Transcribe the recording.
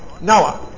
Noah